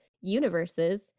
universes